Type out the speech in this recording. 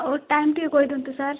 ଓ time ଟିକେ କହି ଦିଅନ୍ତୁ ସାର୍